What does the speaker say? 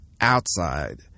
outside